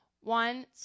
one